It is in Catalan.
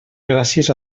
gràcies